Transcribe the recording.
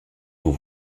vous